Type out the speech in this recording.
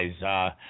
guys